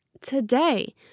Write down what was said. Today